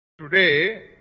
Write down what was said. Today